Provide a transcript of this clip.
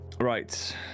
right